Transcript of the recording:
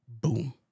boom